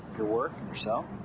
your work and your cell.